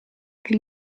che